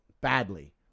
badly